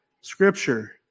Scripture